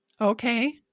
Okay